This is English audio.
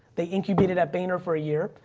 they incubated at vayner for a year.